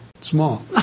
small